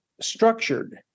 structured